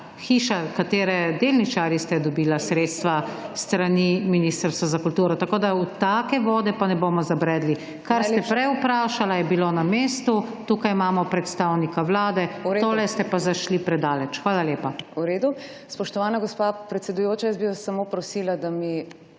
hiša, katere delničarji ste, dobila sredstva s strani Ministrstva za kulturo. Tako da v take vode pa ne bomo zabredli. Kar ste prej vprašali, je bilo na mestu, tukaj imamo predstavnika Vlade, tu ste pa zašli predaleč. Hvala lepa.